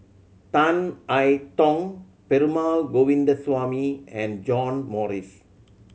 Tan I Tong Perumal Govindaswamy and John Morrice